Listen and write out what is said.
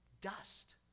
dust